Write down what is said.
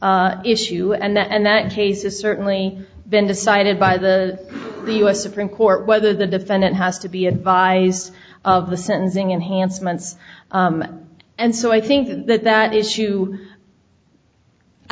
torres issue and that and that case is certainly been decided by the u s supreme court whether the defendant has to be advised of the sentencing enhanced months and so i think that that issue i